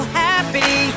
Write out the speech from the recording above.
happy